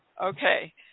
Okay